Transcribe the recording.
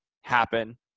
happen